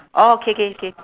orh K K K